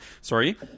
sorry